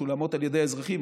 משולמים על ידי האזרחים.